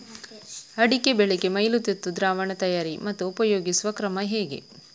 ಅಡಿಕೆ ಬೆಳೆಗೆ ಮೈಲುತುತ್ತು ದ್ರಾವಣ ತಯಾರಿ ಮತ್ತು ಉಪಯೋಗಿಸುವ ಕ್ರಮ ಹೇಗೆ?